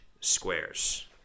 squares